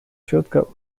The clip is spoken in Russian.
четко